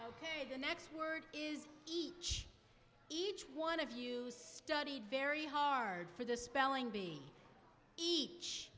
ok the next word is each each one of us studied very hard for the spelling bee each